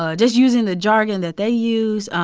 ah just using the jargon that they use.